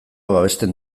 babesten